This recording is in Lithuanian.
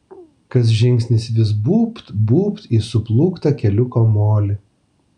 kas žingsnis vis būbt būbt į suplūktą keliuko molį